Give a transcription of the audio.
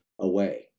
away